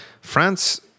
france